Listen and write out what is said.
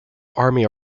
army